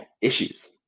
issues